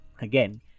Again